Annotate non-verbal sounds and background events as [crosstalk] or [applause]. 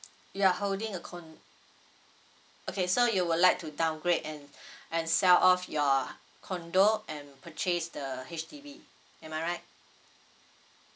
you're holding a con~ okay so you will like to downgrade and [breath] and sell off your condo and purchase the H_D_B am I right